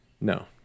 No